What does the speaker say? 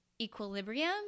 equilibrium